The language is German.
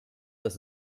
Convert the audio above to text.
dass